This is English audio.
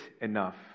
enough